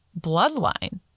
bloodline